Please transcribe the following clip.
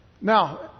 Now